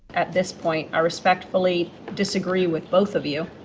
at this point i respectfully disagree with both of you